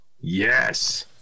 Yes